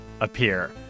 appear